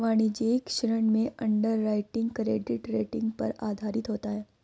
वाणिज्यिक ऋण में अंडरराइटिंग क्रेडिट रेटिंग पर आधारित होता है